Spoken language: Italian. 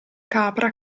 capra